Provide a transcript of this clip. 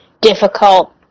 difficult